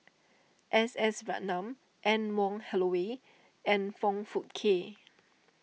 S S Ratnam Anne Wong Holloway and Foong Fook Kay